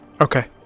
Okay